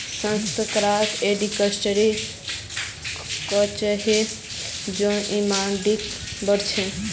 संतरात एंटीऑक्सीडेंट हचछे जे इम्यूनिटीक बढ़ाछे